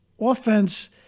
offense